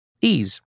Ease